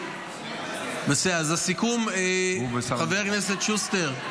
--- הסיכום, חבר הכנסת שוסטר,